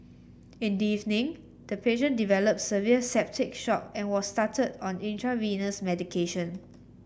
in the evening the patient developed severe septic shock and was started on intravenous medication